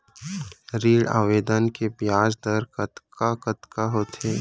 ऋण आवेदन के ब्याज दर कतका कतका होथे?